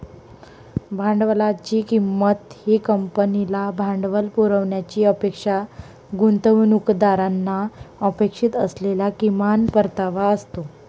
भांडवलाची किंमत ही कंपनीला भांडवल पुरवण्याची अपेक्षा गुंतवणूकदारांना अपेक्षित असलेला किमान परतावा असतो